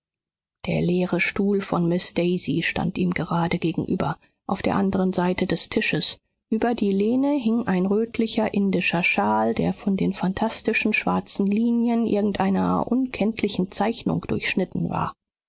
der leere stuhl von miß daisy stand ihm gerade gegenüber auf der anderen seite des tisches über die lehne hing ein rötlicher indischer schal der von den phantastischen schwarzen linien irgendeiner unkenntlichen zeichnung durchschnitten war